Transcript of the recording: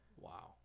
Wow